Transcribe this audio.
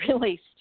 released